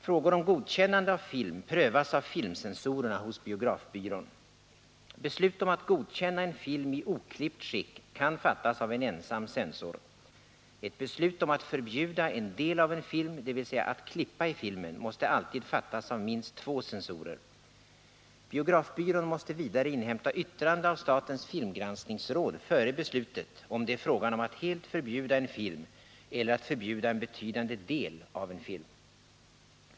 Frågor om godkännande av film prövas av filmcensorerna hos biografbyrån. Beslut om att godkänna en film i oklippt skick kan fattas av en ensam censor. Ett beslut om att förbjuda en del av en film, dvs. att ”klippa i filmen”, måste alltid fattas av minst två censorer. Biografbyrån måste vidare inhämta yttrande av statens filmgranskningsråd före beslutet, om det är frågan om att helt förbjuda en film eller att förbjuda en betydande del av en film.